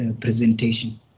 presentation